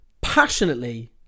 passionately